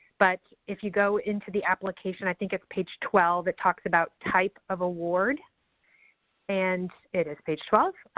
but if you go into the application, i think it's page twelve, it talks about type of award and it is page twelve.